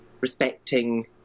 respecting